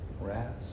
rest